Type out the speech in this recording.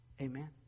Amen